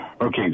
Okay